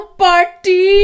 party